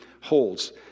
holds